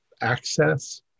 access